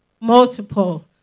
Multiple